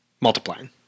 multiplying